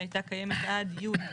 שהייתה קיימת עד יולי.